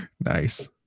Nice